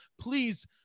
please